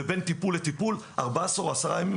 ובין טיפול ולטיפול 14 או 10 ימים,